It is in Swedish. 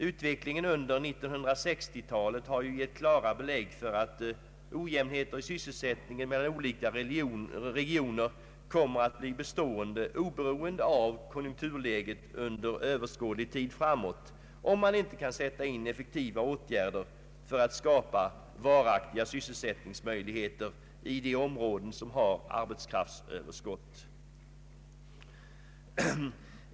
Utvecklingen under 1960 talet har gett klara belägg för att ojämnheter i sysselsättningen mellan olika regioner kommer att bli bestående, oberoende av konjunkturläget, under överskådlig tid framåt, om inte effektivare åtgärder kan sättas in för att skapa varaktiga sysselsättningsmöjligheter i de områden som har arbetskraftsöverskott.